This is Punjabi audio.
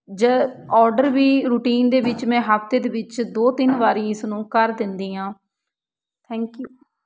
ਜੇ ਔਡਰ ਵੀ ਰੂਟੀਨ ਦੇ ਵਿੱਚ ਮੈਂ ਹਫਤੇ ਦੇ ਵਿੱਚ ਦੋ ਤਿੰਨ ਵਾਰੀ ਇਸ ਨੂੰ ਕਰ ਦਿੰਦੀ ਹਾਂ ਥੈਂਕ ਯੂ